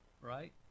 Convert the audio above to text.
right